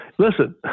Listen